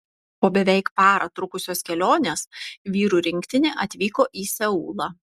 po beveik parą trukusios kelionės vyrų rinktinė atvyko į seulą